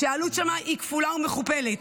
שהעלות שם היא כפולה ומכופלת.